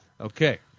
Okay